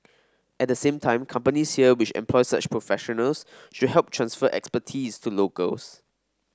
at the same time companies here which employ such professionals should help transfer expertise to locals